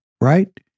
right